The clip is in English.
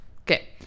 Okay